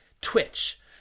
twitch